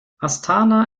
astana